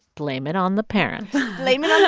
blame it on the parents blame it on the